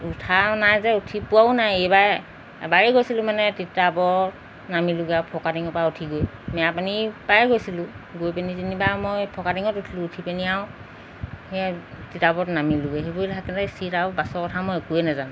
উঠা নাই যে উঠি পোৱাও নাই এইবাৰ এবাৰেই গৈছিলোঁ মানে তিতাবৰত নামিলোগৈ আৰু ফৰকাটিঙৰ পৰা উঠি গৈ মেৰাপানী পৰায়ে গৈছিলোঁ গৈ পিনি যেনিবা মই ফৰকাটিঙত উঠিলোঁ উঠি পিনি আৰু সেয়ে তিতাবৰত নামিলোগৈ সেইবোৰ চিট আৰু বাছৰ কথা মই একোৱেই নেজানোঁ